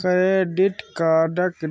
credit कार्डक